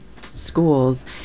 schools